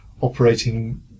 operating